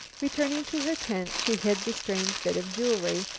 returning to her tent, she hid the strange bit of jewelry,